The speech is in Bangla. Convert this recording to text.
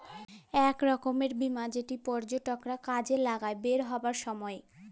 ইক রকমের বীমা যেট পর্যটকরা কাজে লাগায় বেইরহাবার ছময়